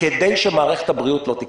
כדי שמערכת הבריאות לא תקרוס.